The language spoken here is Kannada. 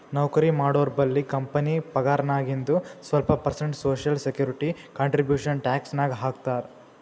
ನೌಕರಿ ಮಾಡೋರ್ಬಲ್ಲಿ ಕಂಪನಿ ಪಗಾರ್ನಾಗಿಂದು ಸ್ವಲ್ಪ percent social security contribution tax ನಾಗ್ ಹಾಕ್ತಾರ್